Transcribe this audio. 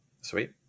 Sweet